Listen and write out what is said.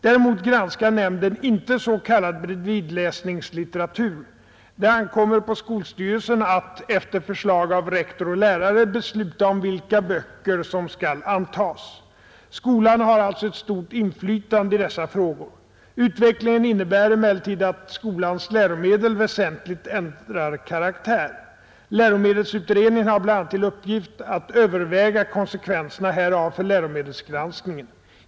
Däremot granskar nämnden inte s.k. bredvidläsningslitteratur. Det ankommer på skolstyrelsen att, efter förslag av rektor och lärare, besluta om vilka böcker som skall antas. Skolan har alltså ett stort inflytande i dessa frågor. Utvecklingen innebär emellertid att skolans läromedel väsentligt ändrar karaktär. Läromedelsutredningen har bl.a. till uppgift att överväga konsekvenserna härav för läromedelsgranskningen.